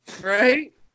right